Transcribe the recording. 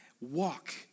walk